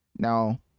Now